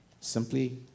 simply